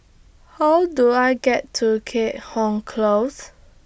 How Do I get to Keat Hong Close